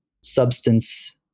substance